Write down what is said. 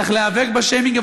צריך להיאבק בשיימינג,